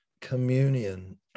communion